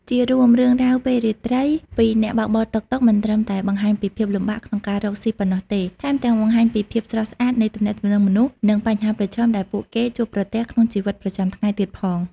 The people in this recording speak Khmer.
ជារួម រឿងរ៉ាវពេលរាត្រីពីអ្នកបើកបរតុកតុកមិនត្រឹមតែបង្ហាញពីភាពលំបាកក្នុងការរកស៊ីប៉ុណ្ណោះទេ ថែមទាំងបង្ហាញពីភាពស្រស់ស្អាតនៃទំនាក់ទំនងមនុស្ស និងបញ្ហាប្រឈមដែលពួកគេជួបប្រទះក្នុងជីវិតប្រចាំថ្ងៃទៀតផង។